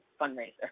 fundraiser